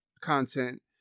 content